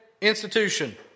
institution